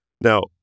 Now